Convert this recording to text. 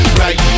right